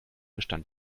bestand